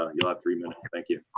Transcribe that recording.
ah you'll have three minutes. like you'll